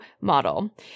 model